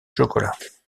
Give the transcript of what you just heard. chocolat